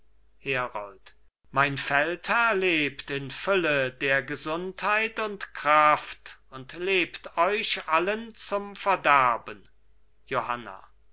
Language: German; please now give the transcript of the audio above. herold mein feldherr lebt in fülle der gesundheit und kraft und lebt euch allen zum verderben johanna